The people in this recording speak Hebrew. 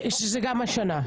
שזה גם השנה.